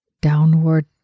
downward